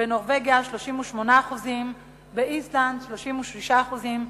בנורבגיה, 38%; באיסלנד, 36%; בבריטניה,